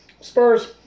Spurs